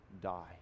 die